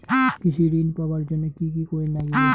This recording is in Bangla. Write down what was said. কৃষি ঋণ পাবার জন্যে কি কি করির নাগিবে?